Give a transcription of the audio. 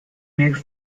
makes